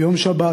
ביום שבת,